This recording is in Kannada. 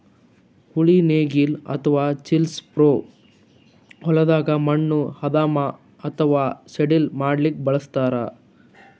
ಉಳಿ ನೇಗಿಲ್ ಅಥವಾ ಚಿಸೆಲ್ ಪ್ಲೊ ಹೊಲದ್ದ್ ಮಣ್ಣ್ ಹದಾ ಅಥವಾ ಸಡಿಲ್ ಮಾಡ್ಲಕ್ಕ್ ಬಳಸ್ತಾರ್